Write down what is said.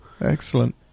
Excellent